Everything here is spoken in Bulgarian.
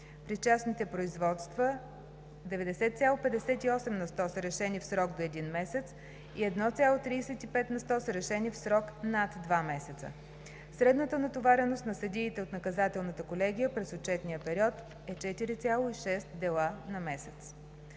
При частните производства 90,58 на сто са решени в срок до 1 месец и 1,35 на сто са решени в срок над 2 месеца. Средната натовареност на съдиите от наказателната колегия през отчетния период е 4,6 дела на месец.